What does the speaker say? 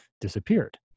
disappeared